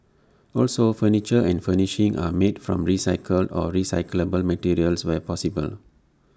also furniture and furnishings are made from recycled or recyclable materials where possible